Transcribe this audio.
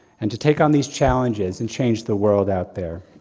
and to take on these challenges and change the world out there.